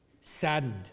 saddened